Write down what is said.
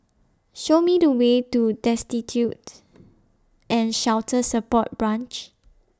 Show Me The Way to Destitute and Shelter Support Branch